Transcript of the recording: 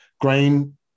grain